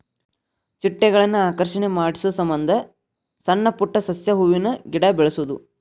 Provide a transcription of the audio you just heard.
ಚಿಟ್ಟೆಗಳನ್ನ ಆಕರ್ಷಣೆ ಮಾಡುಸಮಂದ ಸಣ್ಣ ಪುಟ್ಟ ಸಸ್ಯ, ಹೂವಿನ ಗಿಡಾ ಬೆಳಸುದು